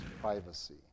privacy